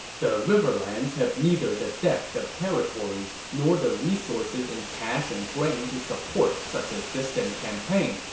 the riverlands have neither the depth of territories nor the resources in cash and grain to support such a distant campaign,